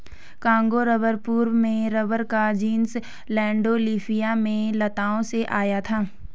Congo rubber पूर्व में rubber का जीनस लैंडोल्फिया में लताओं से आया था